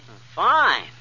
Fine